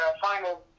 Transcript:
final